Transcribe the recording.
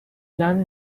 learn